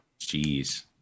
Jeez